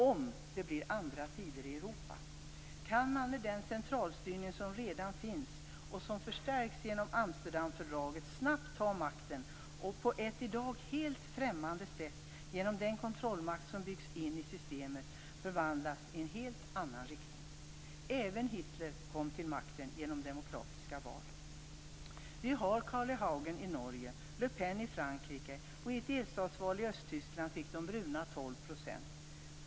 Om det blir andra tider i Europa kan man med den centralstyrning som redan finns och som förstärks genom Amsterdamfördraget snabbt ta makten och på ett i dag helt främmande sätt genom den kontrollmakt som byggs in i systemet förvandlas i en helt annan riktning. Även Hitler kom till makten genom demokratiska val. Vi har Carl I Hagen i Norge och Le Pen i Frankrike. I ett delstatsval i östra Tyskland fick de bruna 12 %.